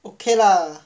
okay lah